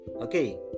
okay